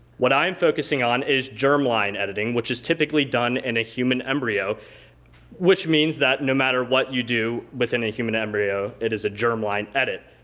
what i'm focusing on is germline editing which is typically done in a human embryo which means that no matter what you do within a human embryo, it is a germline edit.